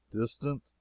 distant